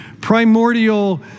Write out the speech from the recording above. primordial